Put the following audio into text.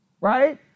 right